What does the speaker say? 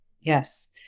Yes